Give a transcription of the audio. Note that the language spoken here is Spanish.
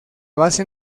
base